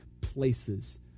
places